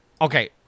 Okay